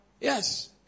Yes